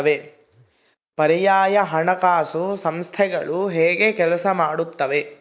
ಪರ್ಯಾಯ ಹಣಕಾಸು ಸಂಸ್ಥೆಗಳು ಹೇಗೆ ಕೆಲಸ ಮಾಡುತ್ತವೆ?